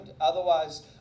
otherwise